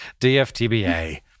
DFTBA